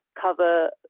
cover